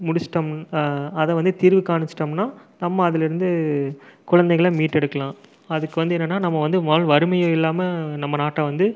முடித்திட்டோம் அதை வந்து தீர்வு காண்பிச்சிட்டோம்னா நம்ம அதிலேருந்து குழந்தைகளை மீட்டெடுக்கலாம் அதுக்கு வந்து என்னன்னா நம்ம வந்து மொதலில் வறுமை இல்லாமல் நம்ம நாட்டை வந்து